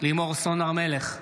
לימור סון הר מלך,